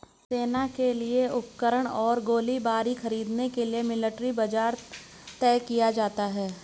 सेना के लिए उपकरण और गोलीबारी खरीदने के लिए मिलिट्री बजट तय किया जाता है